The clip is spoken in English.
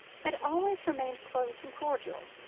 had always remained close and cordial.